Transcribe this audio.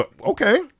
Okay